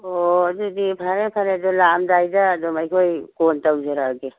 ꯑꯣ ꯑꯗꯨꯗꯤ ꯐꯔꯦ ꯐꯔꯦ ꯑꯗꯣ ꯂꯥꯛꯑꯝꯗꯥꯏꯗ ꯑꯗꯨꯝ ꯑꯩꯈꯣꯏ ꯀꯣꯜ ꯇꯧꯖꯔꯛꯑꯒꯦ